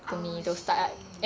oh shit